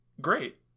great